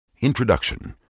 introduction